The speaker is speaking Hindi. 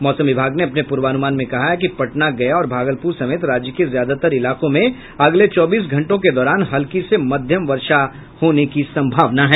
मौसम विभाग ने अपने प्रर्वानुमान में कहा है कि पटना गया और भागलपुर समेत राज्य के ज्यादातर इलाकों में अगले चौबीस घंटों के दौरान हल्की से मध्यम वर्षा होने की संभावना है